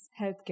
healthcare